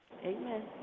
Amen